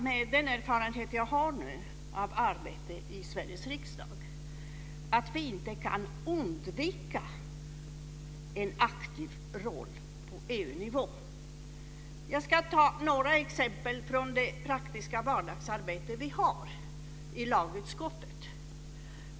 Med den erfarenhet jag har av arbete i Sveriges riksdag vågar jag hävda att vi inte kan undvika en aktiv roll på EU-nivå. Jag ska ta några exempel från det praktiska vardagsarbetet i lagutskottet.